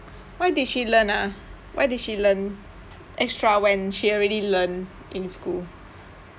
why did she learn ah why did she learn extra when she already learn in school